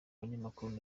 abanyamakuru